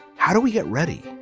how do we get ready.